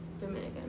Dominican